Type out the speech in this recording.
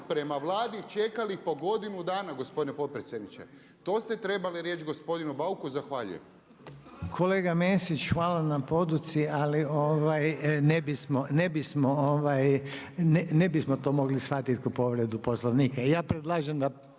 prema Vladi čekali po godinu dana gospodine potpredsjedniče. To ste trebali reći gospodinu Bauku. Zahvaljujem. **Reiner, Željko (HDZ)** Kolega Mesić hvala na poduci ali ne bi smo to mogli shvatiti ko povredu Poslovnika.